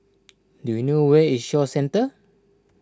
do you know where is Shaw Centre